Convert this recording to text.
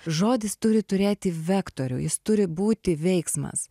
žodis turi turėti vektorių jis turi būti veiksmas